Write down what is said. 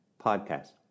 podcast